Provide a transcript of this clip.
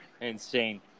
Insane